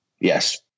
yes